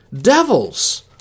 devils